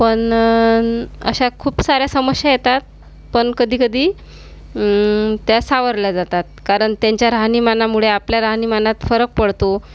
पण अशा खूप साऱ्या समस्या येतात पण कधीकधी त्या सावरल्या जातात कारण त्यांच्या राहणीमानामुळे आपल्या राहणीमानात फरक पडतो